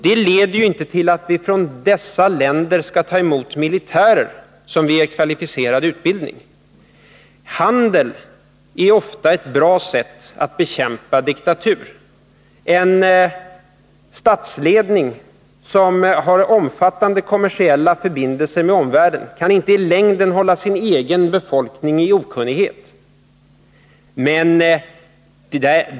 Det leder emellertid inte till att vi från dessa länder skall ta emot militärer för att ge dessa kvalificerad utbildning. Att bedriva handel är ofta ett bra sätt att bekämpa diktaturer. En statsledning som har omfattande kommersiella förbindelser med omvärlden kaninte i längden hålla sin egen befolkning i okunnighet.